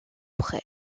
près